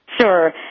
Sure